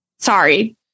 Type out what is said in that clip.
Sorry